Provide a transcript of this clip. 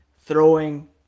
throwing